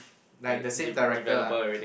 like the same director lah